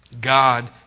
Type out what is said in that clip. God